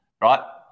right